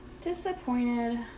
disappointed